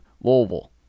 Louisville